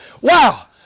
wow